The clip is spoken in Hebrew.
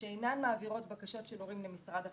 שאינן מעבירות בקשות של הורים למשרד החינוך.